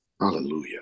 Hallelujah